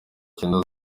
cyenda